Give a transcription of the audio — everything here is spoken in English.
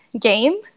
game